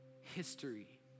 history